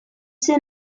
zen